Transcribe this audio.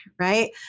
Right